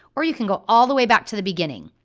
or you can go all the way back to the beginning.